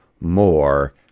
more